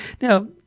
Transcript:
Now